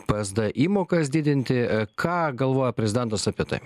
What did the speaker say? psd įmokas didinti ką galvoja prezidentas apie tai